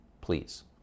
please